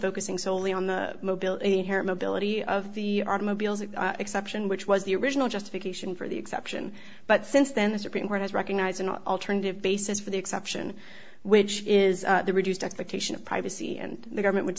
focusing solely on the mobility here mobility of the automobiles the exception which was the original justification for the exception but since then the supreme court has recognized an alternative basis for the exception which is the reduced expectation of privacy and the government would